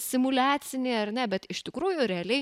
simuliacinį ar ne bet iš tikrųjų realiai